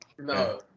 No